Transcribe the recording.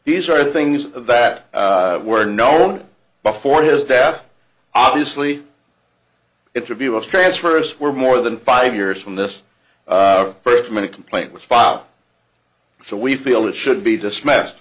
these are things that were known before his death obviously it's a view of transfers for more than five years from this first minute complaint was filed so we feel it should be dismissed